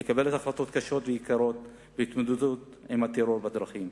לקבל החלטות קשות ויקרות בהתמודדות עם הטרור בדרכים.